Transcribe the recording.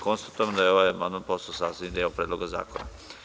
Konstatujem da je ovaj amandman postao sastavni deo Predloga zakona.